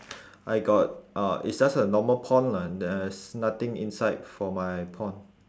I got uh it's just a normal pond lah there's nothing inside for my pond